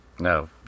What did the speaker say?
No